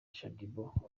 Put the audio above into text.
shaddyboo